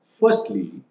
firstly